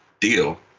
deal